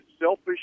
selfish